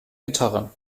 gitarre